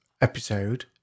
episode